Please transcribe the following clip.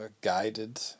guided